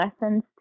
lessons